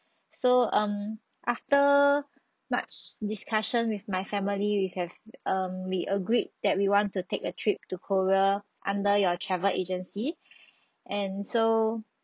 so um after much discussion with my family we have um we agreed that we want to take a trip to korea under your travel agency and so